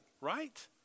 right